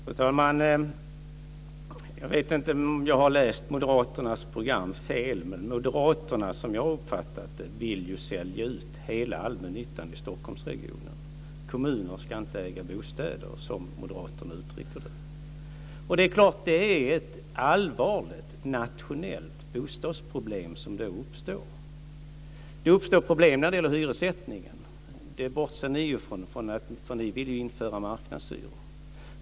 Fru talman! Jag vet inte om jag har läst Moderaternas program fel, men Moderaterna vill ju, som jag har uppfattat det, sälja ut hela allmännyttan i Stockholmsregionen. Kommuner ska inte äga bostäder, som Moderaterna uttrycker det. Det är ett allvarligt nationellt bostadsproblem som då uppstår. Det uppstår problem när det gäller hyressättningen. Det bortser ni ifrån. Ni vill ju införa marknadshyror.